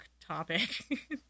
topic